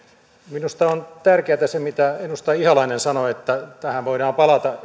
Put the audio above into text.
minusta on tärkeätä se mitä edustaja ihalainen sanoi että tähän voidaan palata